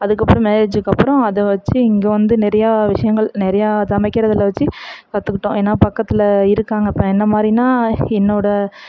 அதுக்கப்புறம் மேரேஜ்ஜூக்கப்புறம் அதை வெச்சு இங்கே வந்து நிறையா விஷயங்கள் நிறையா சமைக்கிறதில் வெச்சு கற்றுக்கிட்டோம் ஏன்னால் பக்கத்தில் இருக்காங்க இப்போ என்ன மாதிரினா என்னோட